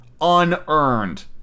unearned